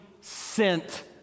sent